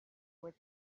was